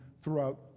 throughout